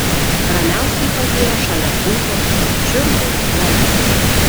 ramiausiai padėjo šalia tūzo čirvų valetą